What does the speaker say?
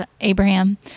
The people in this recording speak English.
Abraham